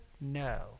No